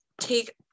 take